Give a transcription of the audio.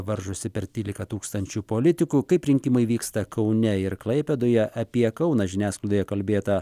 varžosi per trylika tūkstančių politikų kaip rinkimai vyksta kaune ir klaipėdoje apie kauną žiniasklaidoje kalbėta